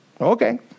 Okay